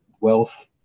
wealth